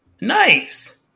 Nice